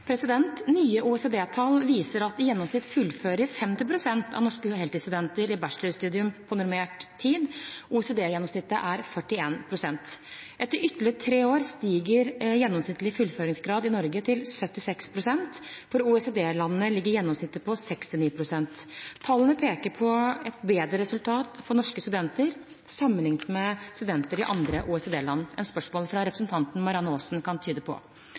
Nye OECD-tall viser at i gjennomsnitt fullfører 50 pst. av norske heltidsstudenter i bachelorstudium på normert tid. OECD-gjennomsnittet er 41 pst. Etter ytterligere tre år stiger gjennomsnittlig fullføringsgrad i Norge til 76 pst. For OECD-landene ligger gjennomsnittet på 69 pst. Tallene peker på et bedre resultat for norske studenter sammenlignet med studenter i andre OECD-land enn spørsmålet fra representanten Marianne Aasen kan tyde på.